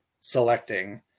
selecting